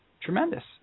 Tremendous